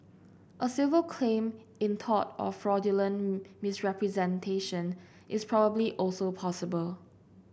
a civil claim in tort of fraudulent misrepresentation is probably also possible